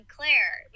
Claire